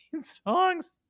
songs